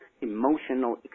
emotional